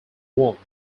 warmth